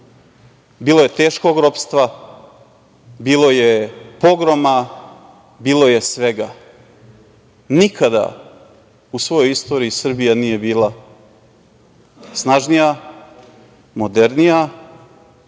bilo je teškog ropstva, bilo je pogroma, bilo je svega.U svojoj istoriji Srbija nije bila snažnija, modernija,